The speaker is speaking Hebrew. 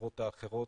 החברות האחרות.